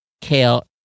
Kale